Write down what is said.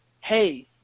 hey